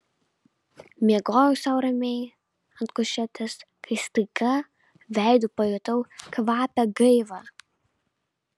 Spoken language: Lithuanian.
miegojau sau ramiai ant kušetės kai staiga veidu pajutau kvapią gaivą